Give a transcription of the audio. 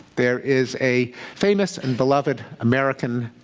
there is a famous and beloved american